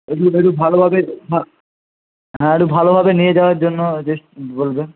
এদিক ওদিক ভালোভাবে হ্যাঁ হ্যাঁ একটু ভালোভাবে নিয়ে যাওয়ার জন্য বলবেন